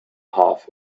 half